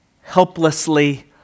helplessly